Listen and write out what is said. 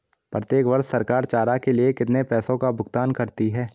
प्रत्येक वर्ष सरकार चारा के लिए कितने पैसों का भुगतान करती है?